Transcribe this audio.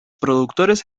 productores